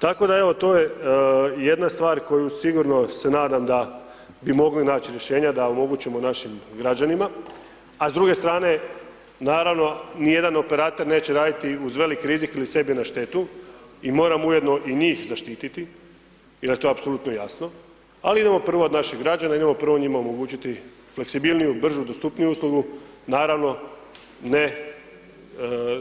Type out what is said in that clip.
Tako da evo, to je jedna stvar koju sigurno se nadam da bi mogli naći rješenja da omogućimo našim građanima, a s druge strane, naravno, nijedan operater neće raditi uz veliki rizik ili sebi na štetu i moramo ujedno i njih zaštiti i da je to apsolutno jasno, ali idemo prvo od naših građana, idemo prvo njima omogućiti fleksibilniju, bržu, dostupniju uslugu, naravno,